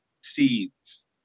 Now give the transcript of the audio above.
seeds